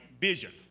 vision